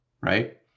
right